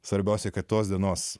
svarbiausia kad tos dienos